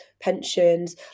pensions